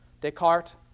Descartes